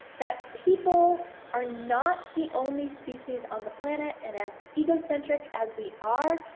that people are not the only species on the planet, and as egocentric as we are,